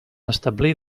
establir